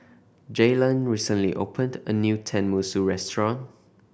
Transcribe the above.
Jalen recently opened a new Tenmusu Restaurant